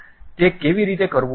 તે કેવી રીતે કરવું